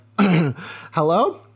Hello